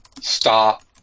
stop